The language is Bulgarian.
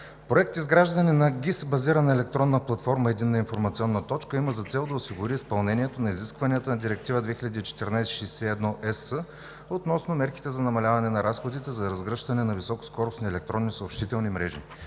Проектът „Изграждане на ГИС базирана електронна платформа „Единна информационна точка“ има за цел да осигури изпълнението на изискванията на Директива 2014/61 ЕС относно мерките за намаляване на разходите за разгръщане на високоскоростни електронни съобщителни мрежи.